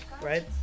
Right